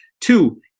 Two